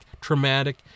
traumatic